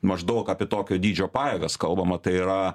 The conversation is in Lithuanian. maždaug apie tokio dydžio pajėgas kalbama tai yra